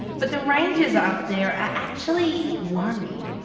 but the rangers up there actually worried.